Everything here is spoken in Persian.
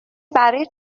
برای